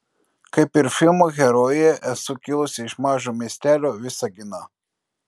kaip ir filmo herojė esu kilusi iš mažo miestelio visagino